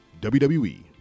WWE